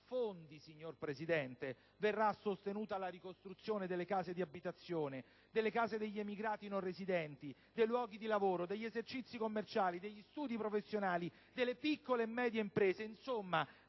conoscere con quali fondi verrà sostenuta la ricostruzione delle case di abitazione o delle case degli emigrati non residenti, dei luoghi di lavoro, degli esercizi commerciali, degli studi professionali e delle piccole e medie imprese, insomma,